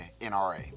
NRA